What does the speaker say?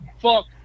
Fuck